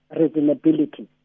reasonability